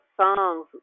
songs